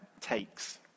takes